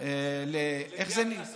לגביית קנסות, איך זה נקרא?